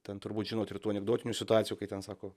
ten turbūt žinot ir tų anekdotinių situacijų kai ten sako